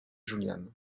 julian